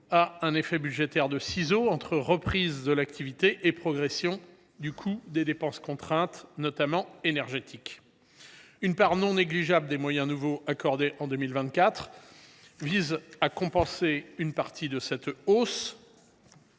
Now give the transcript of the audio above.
à un effet budgétaire de ciseaux entre la reprise de l’activité et la progression du coût des dépenses contraintes, notamment en matière d’énergie. Une part non négligeable des nouveaux moyens accordés en 2024 vise à compenser une partie de la hausse